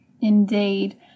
indeed